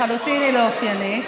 לחלוטין לא אופיינית.